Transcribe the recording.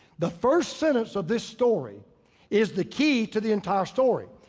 the first sentence of this story is the key to the entire story.